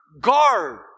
guard